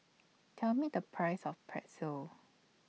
Tell Me The Price of Pretzel